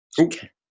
Okay